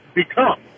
become